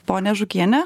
ponia žukiene